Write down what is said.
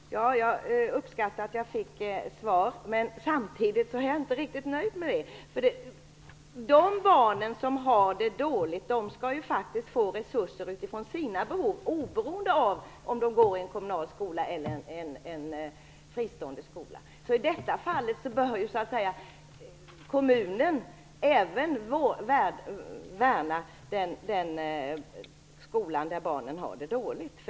Herr talman! Jag uppskattar att jag fick svar, men jag är inte riktigt nöjd med svaret. De barn som har det dåligt skall få resurser utifrån sina behov, oberoende av om de går i kommunal skola eller fristående skola. I detta fall bör kommunen även värna den skola där barnen har det dåligt.